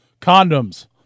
Condoms